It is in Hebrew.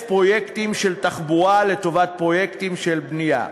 פרויקטים של תחבורה לטובת פרויקטים של בנייה.